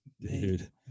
dude